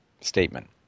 statement